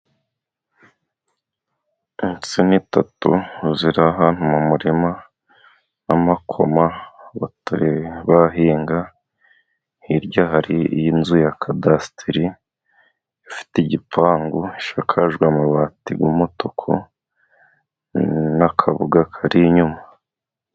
Insina eshatu ziri ahantu mu murima w'amakoma batari bahinga, hirya hari inzu ya kadasitere ifite igipangu, ishakajwe amabati y'umutuku, n'akabuga kari inyuma.